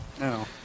No